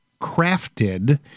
Crafted